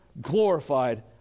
glorified